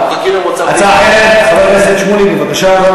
הצעה אחרת, חבר הכנסת שמולי, בבקשה.